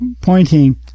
pointing